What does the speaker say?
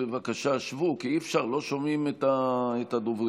בבקשה, שבו, כי אי-אפשר, לא שומעים את הדוברים.